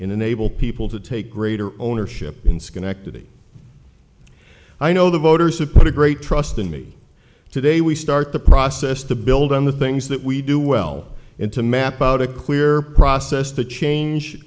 unable people to take greater ownership in schenectady i know the voters support a great trust in me today we start the process to build on the things that we do well and to map out a clear process to change